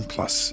Plus